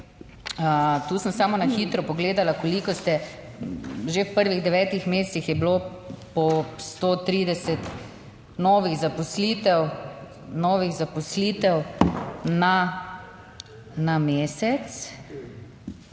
Tu sem samo na hitro pogledala koliko ste že, v prvih devetih mesecih je bilo po 130 novih zaposlitev, novih